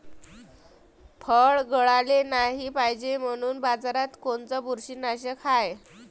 फळं गळाले नाही पायजे म्हनून बाजारात कोनचं बुरशीनाशक हाय?